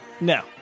No